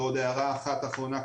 ועוד הערה אחת אחרונה קצרה,